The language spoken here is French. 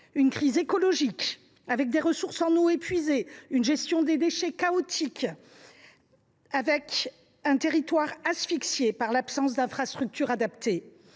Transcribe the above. d’une crise écologique ensuite, avec des ressources en eau épuisées, une gestion des déchets chaotique et un territoire asphyxié par l’absence d’infrastructures adaptées.